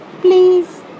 Please